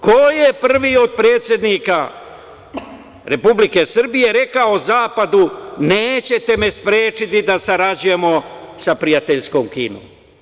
Ko je prvi od predsednika Republike Srbije rekao zapadu – nećete me sprečiti da sarađujemo sa prijateljskom Kinom?